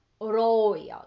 royal